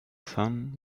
sun